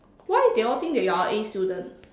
why they all think that you are an A student